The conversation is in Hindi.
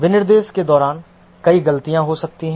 विनिर्देश के दौरान कई गलतियाँ हो सकती हैं